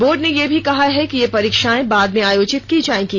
board ने यह भी कहा है कि ये परीक्षाएं बाद में आयोजित की जाएंगी